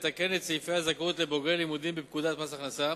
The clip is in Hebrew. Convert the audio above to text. לתקן את סעיפי הזכאות לבוגרי לימודים בפקודת מס הכנסה